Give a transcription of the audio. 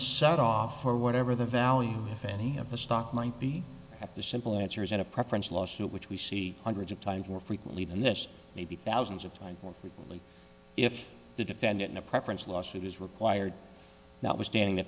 subtle offer whatever the value of any of the stock might be at the simple answer is that a preference lawsuit which we see hundreds of times more frequently than this may be thousands of times more if the defendant in a preference lawsuit is required that was standing the